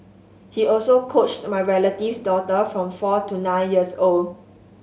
he also coached my relative's daughter from four to nine years old